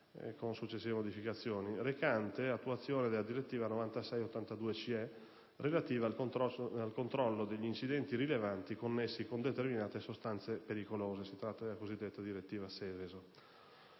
recante attuazione della direttiva 96/82/CE relativa al controllo degli incidenti rilevanti connessi con determinate sostanze pericolose (si tratta della cosiddetta direttiva Seveso).